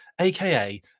AKA